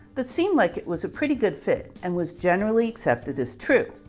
that seemed like it was a pretty good fit and was generally accepted as true.